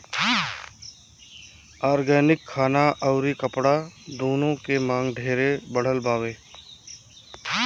organic खाना अउरी कपड़ा दूनो के मांग ढेरे बढ़ल बावे